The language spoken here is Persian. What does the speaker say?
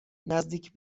نزدیک